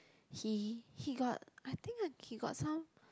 he he got I think uh he got some